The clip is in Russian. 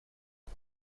это